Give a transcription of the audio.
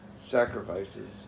sacrifices